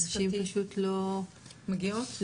אנשים פשוט לא מגיעים,